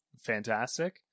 fantastic